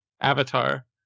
Avatar